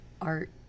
art